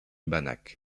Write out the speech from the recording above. banach